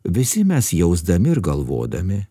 visi mes jausdami ir galvodami